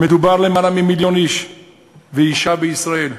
מדובר ביותר ממיליון איש ואישה בישראל,